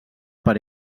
per